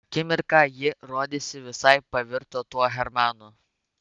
akimirką ji rodėsi visai pavirto tuo hermanu